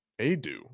Adu